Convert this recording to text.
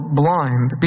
blind